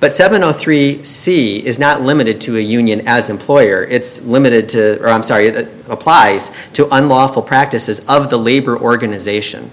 but seven zero three c is not limited to a union as employer it's limited to sorry it applies to unlawful practices of the labor organization